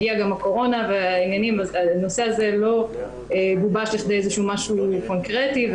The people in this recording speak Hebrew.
הגיעה הקורונה והנושא הזה לא גובש למשהו קונקרטי,